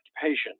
occupation